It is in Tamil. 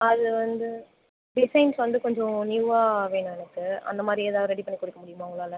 அது வந்து டிசைன்ஸ் வந்து கொஞ்சம் நியூவாக வேணும் எனக்கு அந்த மாதிரி எதாது ரெடி பண்ணி கொடுக்க முடியுமா உங்களால்